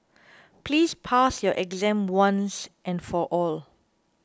please pass your exam once and for all